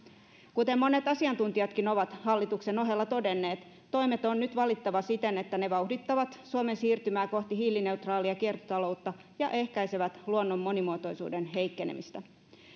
kuten monet asiantuntijatkin ovat hallituksen ohella todenneet toimet on nyt valittava siten että ne vauhdittavat suomen siirtymää kohti hiilineutraalia kiertotaloutta ja ehkäisevät luonnon monimuotoisuuden heikkenemistä